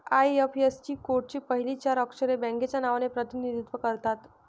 IFSC कोडची पहिली चार अक्षरे बँकेच्या नावाचे प्रतिनिधित्व करतात